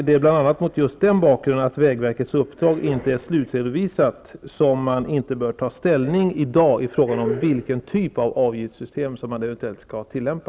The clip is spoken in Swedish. Det är bl.a. därför att vägverkets uppdrag inte är slutredovisat som man inte bör ta ställning i dag till frågan om vilket avgiftssystem man eventuellt skall tillämpa.